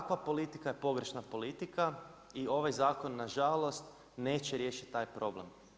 Takva politika je pogrešna politika i ovaj zakon nažalost neće riješiti taj problem.